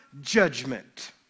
judgment